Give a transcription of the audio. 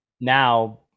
Now